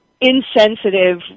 insensitive